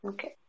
Okay